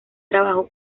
trabajó